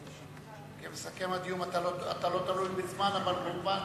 כמסכם הדיון אתה לא תלוי בזמן, אבל כמובן,